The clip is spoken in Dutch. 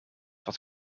wat